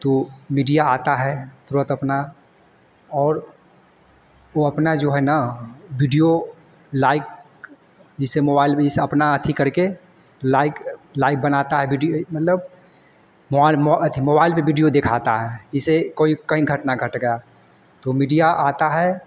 तो मिडिया आता है तुरन्त अपना और वह अपना जो है ना विडियो लाइक जैसे मोबाइल में जैसे अपना अथि करके लाइक लाइक बनाता है बिडियो यह मतलब मोवाइल अथि मोवाइल पर बिडियो दिखाता है जैसे कोई कहीं घटना घट गया तो मिडिया आती है